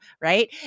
right